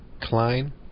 Klein